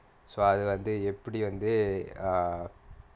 so அது வந்து எப்புடி வந்து:athu vanthu eppudi vanthu err